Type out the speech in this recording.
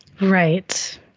Right